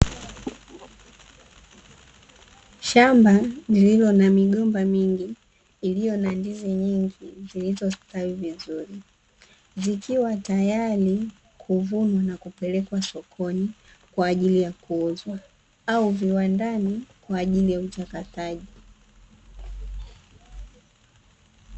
Shamba lililo na migomba mingi iliyo na ndizi nyingi zilizostawi vizuri zikiwa tayari kuvunwa na kupelekwa sokoni kwa ajili ya kuuzwa au viwandani kwa ajili ya uchakataji.